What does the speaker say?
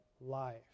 life